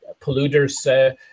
polluters